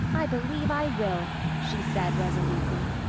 i believe i will, she said resolutely.